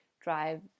drive